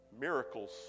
Miracles